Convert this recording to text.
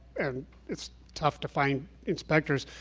and it's tough to find inspectors,